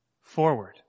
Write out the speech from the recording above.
forward